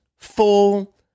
Full